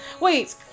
Wait